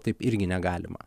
taip irgi negalima